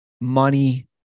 money